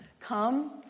Come